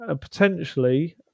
potentially